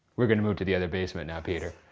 we're gonna move to the other basement now, peter.